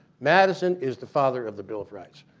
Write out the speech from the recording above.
madison is the father of the bill of rights.